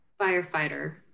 Firefighter